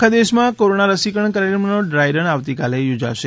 આખા દેશમાં કોરોના રસીકરણ કાર્યક્રમનો ડ્રાય રન આવતીકાલે યોજાશે